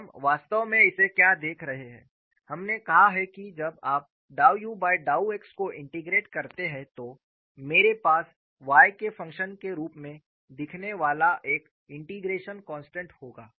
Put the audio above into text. तो हम वास्तव में इसे क्या देख रहे हैं हमने कहा है कि जब आप डाउ u बाय डाउ x को इंटेग्रटे करते हैं तो मेरे पास y के फ़ंक्शन के रूप में दिखने वाला एक इंटीग्रेशन कॉन्स्टेंट होगा